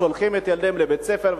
ושולחים את ילדיהם לבית-הספר,